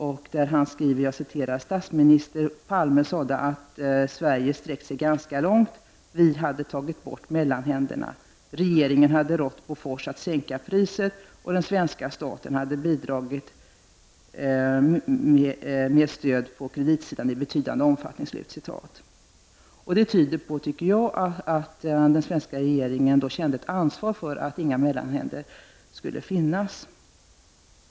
Där skrev Hans Dahlgren bl.a. följande: ”Statsminister Palme sade att Sverige sträckt sig ganska långt — vi hade tagit bort mellanhänderna, regeringen hade rått Bofors att sänka priset och den svenska staten hade bidragit med stöd på kreditsidan i betydande omfattning.” Detta tyder enligt min mening på att den svenska regeringen kände ett ansvar för att inga mellanhänder skulle finnas.